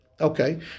Okay